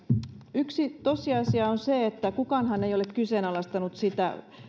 yksi tosiasia on se että kukaanhan ei ole kyseenalaistanut sitä